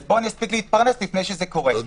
אז בואו נספיק להתפרנס לפני שזה קורה.